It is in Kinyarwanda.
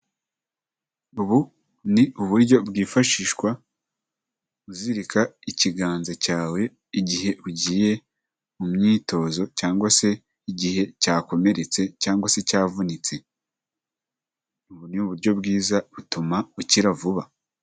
Ubu ni uburyo bwifashishwa uzirika ikiganza cyawe igihe ugiye mu myitozo cyangwa se igihe cyakomeretse cyangwa se cyavunitse, ubu ni uburyo bwiza butuma ukira vuba.